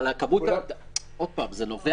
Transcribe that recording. מה שמאפשר את ההסדר זה